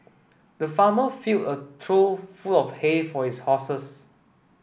the farmer fill a trough full of hay for his horses